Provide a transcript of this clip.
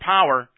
Power